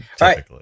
right